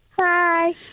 Hi